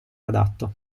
adatto